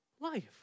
life